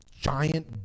giant